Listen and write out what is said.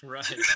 Right